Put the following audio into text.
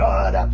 God